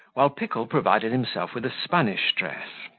while pickle provided himself with a spanish dress.